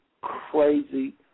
crazy